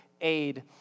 aid